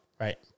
Right